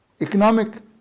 economic